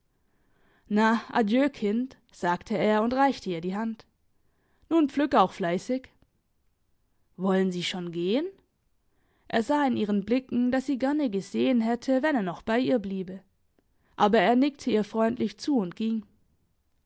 na adieu kind sagte er und reichte ihr die hand nun pflück auch fleissig wollen sie schon gehen er sah in ihren blicken dass sie gerne gesehen hätte wenn er noch bei ihr bliebe aber er nickte ihr freundlich zu und ging